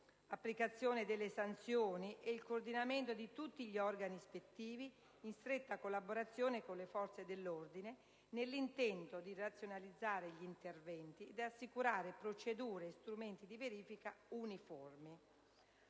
rigorosa delle sanzioni e il coordinamento di tutti gli organi ispettivi, in stretta collaborazione con le forze dell'ordine, nell'intento di razionalizzare gli interventi ed assicurare procedure e strumenti di verifica uniformi;